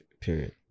Period